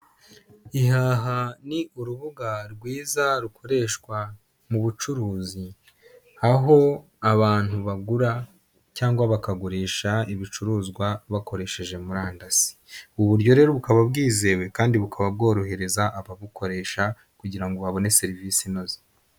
Ihaha ni urubuga rwiza rukoreshwa mu bucuruzi, aho abantu bagura cyangwa bakagurisha ibicuruzwa bakoresheje murandasi, ubu buryo rero bukaba bwizewe kandi bukaba bworohereza ababukoresha kugira ngo babone serivisi inoze.